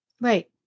Right